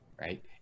right